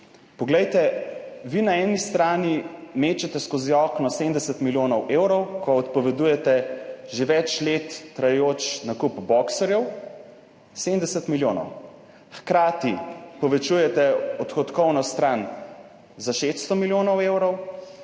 Poglejte, vi na eni strani mečete skozi okno 70 milijonov evrov, ko odpovedujete že več let trajajoč nakup boxerjev. 70 milijonov. Hkrati povečujete odhodkovno stran za 600 milijonov evrov.